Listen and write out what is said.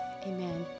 Amen